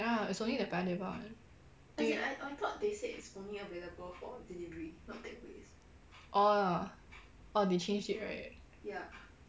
ya it's only the paya lebar [one] orh orh they changed it right